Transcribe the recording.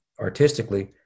artistically